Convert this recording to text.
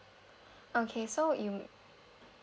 okay so you